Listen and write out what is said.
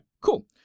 cool